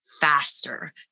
faster